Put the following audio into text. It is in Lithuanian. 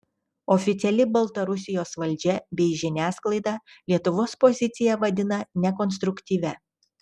oficiali baltarusijos valdžia bei žiniasklaida lietuvos poziciją vadina nekonstruktyvia